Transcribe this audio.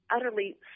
Utterly